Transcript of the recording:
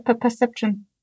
Perception